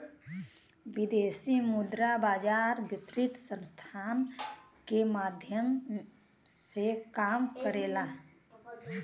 विदेशी मुद्रा बाजार वित्तीय संस्थान के माध्यम से काम करला